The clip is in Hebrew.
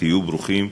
היו ברוכים.